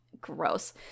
Gross